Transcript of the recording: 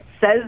says